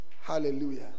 Hallelujah